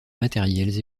matérielles